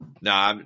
No